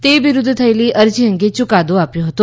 તે વિરૂધ્ધ થયેલી અરજી અંગે યુકાદો આપ્યો હતો